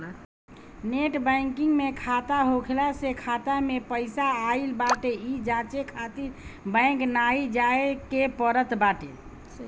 net banking में खाता होखला से खाता में पईसा आई बाटे इ जांचे खातिर बैंक नाइ जाए के पड़त बाटे